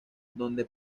donde